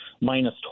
minus